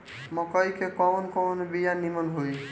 मकई के कवन कवन बिया नीमन होई?